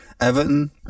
Everton